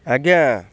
ଆଜ୍ଞା